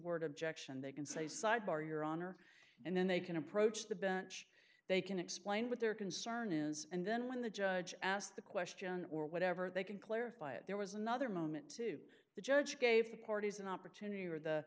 word objection they can say sidebar your honor and then they can approach the bench they can explain what their concern is and then when the judge asked the question or whatever they can clarify it there was another moment too the judge gave the parties an opportunity or the